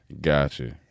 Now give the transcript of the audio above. Gotcha